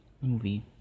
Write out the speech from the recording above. movie